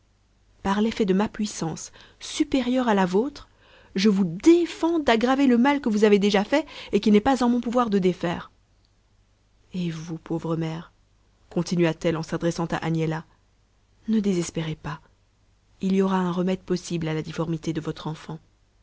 par l'effet de ma puissance supérieure à la vôtre je vous défends d'aggraver le mal que vous avez déjà fait et qu'il n'est pas en mon pouvoir de défaire et vous pauvre mère continua-t-elle en s'adressant à agnella ne désespérez pas il y aura un remède possible à la difformité de votre enfant